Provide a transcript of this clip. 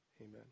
Amen